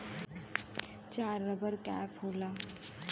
चार rubber cap होला